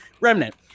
Remnant